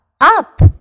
up